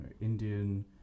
Indian